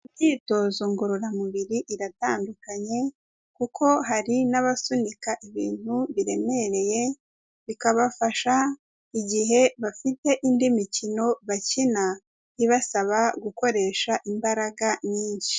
Imyitozo ngororamubiri iratandukanye kuko hari n'abasunika ibintu biremereye bikabafasha igihe bafite indi mikino bakina ibasaba gukoresha imbaraga nyinshi.